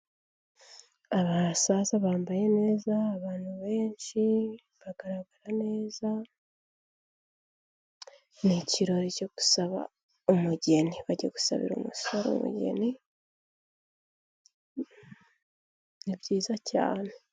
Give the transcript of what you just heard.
Abasaza bambaye neza, abantu benshi bagaragara neza, ni ikirori cyo gusaba umugeni, bagiye gusabira umusore umugeni, ni byiza cyane.